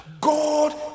God